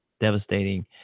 devastating